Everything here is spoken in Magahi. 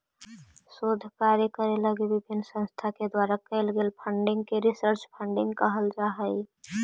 शोध कार्य लगी विभिन्न संस्था के द्वारा कैल गेल फंडिंग के रिसर्च फंडिंग कहल जा हई